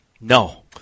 No